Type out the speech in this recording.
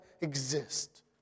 exist